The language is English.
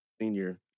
senior